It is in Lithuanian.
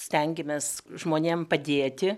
stengiamės žmonėm padėti